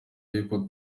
y’uko